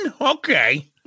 Okay